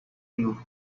you